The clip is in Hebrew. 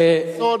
ויואל חסון.